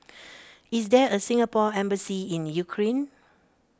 is there a Singapore Embassy in Ukraine